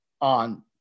on